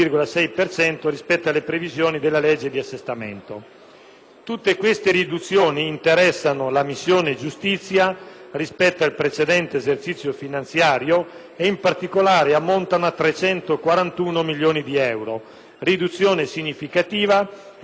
Tutte queste riduzioni interessano la missione giustizia rispetto al precedente esercizio finanziario e, in particolare, ammontano a 341 milioni di euro. Riduzione significativa e suscettibile di determinare un forte decremento